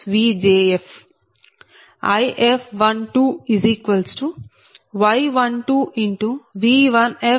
4247 j0